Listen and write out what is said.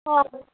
হয়